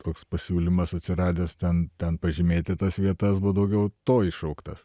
koks pasiūlymas atsiradęs ten ten pažymėti tas vietas buvo daugiau to iššauktas